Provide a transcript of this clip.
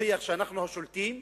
להוכיח שאנחנו השולטים,